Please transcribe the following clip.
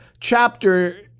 chapter